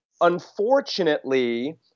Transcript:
Unfortunately